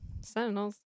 Sentinels